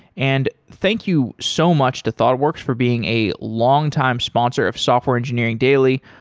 and thank you so much to thoughtworks for being a longtime sponsor of software engineering daily.